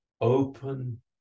open